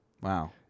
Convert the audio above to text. Wow